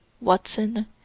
Watson